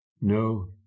no